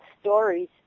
stories